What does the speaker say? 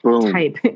type